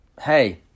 hey